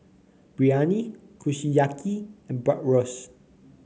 Biryani Kushiyaki and Bratwurst